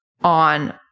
on